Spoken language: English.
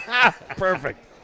Perfect